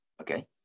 Okay